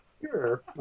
Sure